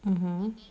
mmhmm